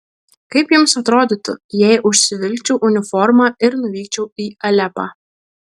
kaip jums atrodytų jei užsivilkčiau uniformą ir nuvykčiau į alepą